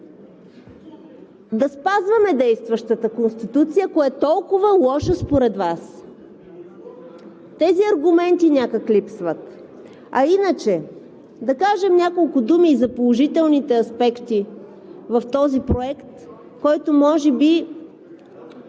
да спазваме действащата Конституция, ако е толкова лоша според Вас? Тези аргументи някак липсват. А иначе да кажем няколко думи и за положителните аспекти в този проект, който може би